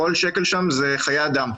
כל שקל שם זה חיי אדם.